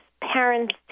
parents